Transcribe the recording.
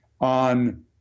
on –